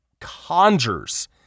conjures